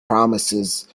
promises